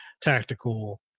tactical